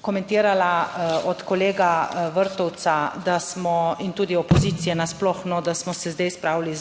komentirala od kolega Vrtovca, da smo in tudi opozicije nasploh, da smo se zdaj spravili